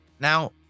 Now